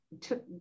took